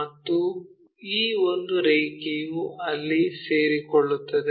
ಮತ್ತು ಈ ಒಂದು ರೇಖೆಯು ಅಲ್ಲಿ ಸೇರಿಕೊಳ್ಳುತ್ತದೆ